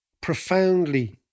profoundly